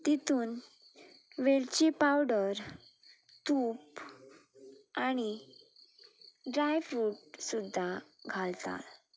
तितून वेलची पावडर तूप आनी ड्राय फ्रूट सुद्दां घालता